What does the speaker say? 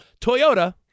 Toyota